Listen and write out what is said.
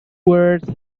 words